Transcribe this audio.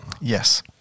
Yes